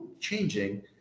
changing